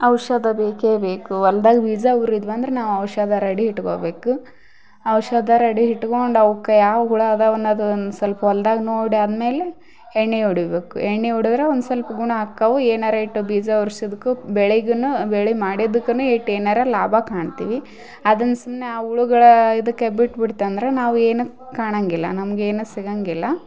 ಔಷಧ ಬೇಕೇ ಬೇಕು ಹೊಲ್ದಾಗ್ ಬೀಜ ಉರಿದ್ವಂದ್ರ ನಾವು ಔಷಧ ರೆಡಿ ಇಟ್ಕೊಬೇಕು ಔಷಧ ರೆಡಿ ಇಟ್ಕೊಂಡು ಅವುಕ್ಕೆ ಯಾವ ಹುಳ ಅದಾವನ್ನೋದು ಒಂದು ಸಲ್ಪ ಹೊಲ್ದಾಗ ನೋಡ್ಯಾದ್ಮೇಲೆ ಎಣ್ಣೆ ಹೊಡಿಬೇಕು ಎಣ್ಣೆ ಹೊಡ್ದ್ರೆ ಒಂದು ಸಲ್ಪ ಗುಣ ಆಕಾವು ಏನಾರ ಇಟ್ಟು ಬೀಜ ಉರ್ಶಿದಕ್ಕೂ ಬೆಳೆಗುನು ಬೆಳೆ ಮಾಡಿದುಕ್ಕುನು ಇಟ್ಟು ಏನಾರ ಲಾಭ ಕಾಣ್ತೀ ಅದನ್ನ ಸುಮ್ಮನೆ ಆ ಹುಳುಗಳ ಇದಕ್ಕೆ ಬಿಟ್ಟು ಬಿಡ್ತಂದರ ನಾವು ಏನು ಕಾಣಂಗಿಲ್ಲ ನಮಗೆ ಏನು ಸಿಗಂಗಿಲ್ಲ